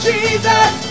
Jesus